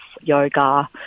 yoga